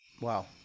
Wow